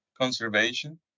conservation